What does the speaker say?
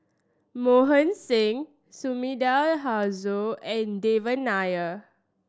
Mohan Singh Sumida Haruzo and Devan Nair